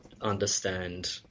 understand